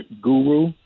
guru